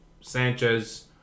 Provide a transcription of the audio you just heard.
Sanchez